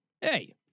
hey